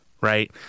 right